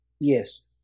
Yes